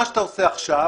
מה שאתה עושה עכשיו,